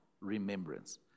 remembrance